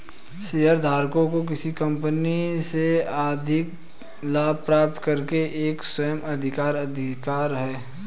शेयरधारकों को किसी कंपनी से आर्थिक लाभ प्राप्त करने का एक स्व अधिकार अधिकार है